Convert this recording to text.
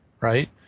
right